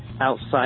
outside